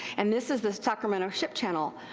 and this is the sacramento ship channel.